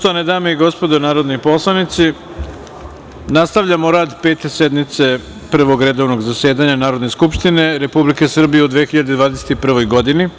Poštovane dame i gospodo narodni poslanici, nastavljamo rad Pete sednice Prvog redovnog zasedanja Narodne skupštine Republike Srbije u 2021. godini.